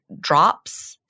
drops